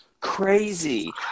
crazy